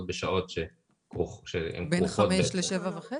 בשעות שהם כרוכות --- בין 5:00 ל-7:30?